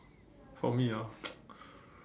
for me ah